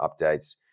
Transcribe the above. updates